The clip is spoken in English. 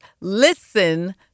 listen